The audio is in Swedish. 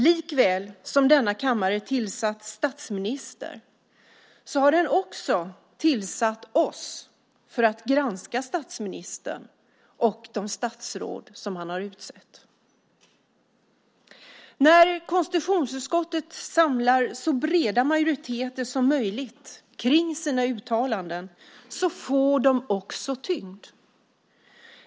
Likväl som denna kammare tillsatt statsminister har den tillsatt oss för att granska statsministern och de statsråd som han har utsett. När konstitutionsutskottet samlar så breda majoriteter som möjligt kring sina uttalanden får de också tyngd.